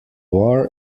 war